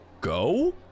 go